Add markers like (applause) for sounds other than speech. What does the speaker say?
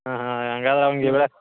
ಹಾಂ ಹಾಂ ಹಂಗಾರ್ ಅವ್ನ್ಗೆ (unintelligible)